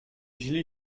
źli